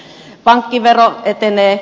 pankkivero etenee